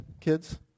kids